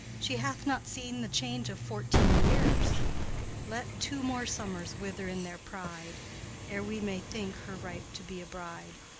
she hath not seen the change of fourteen years let two more summers wither in their pride ere we may think her ripe to be a bride.